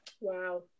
Wow